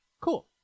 Cool